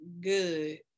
good